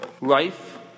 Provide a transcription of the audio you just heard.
Life